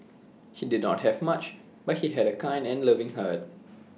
he did not have much but he had A kind and loving heart